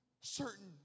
certain